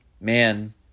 Man